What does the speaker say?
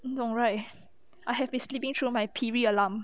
你懂 right I have been sleeping through my piri alarm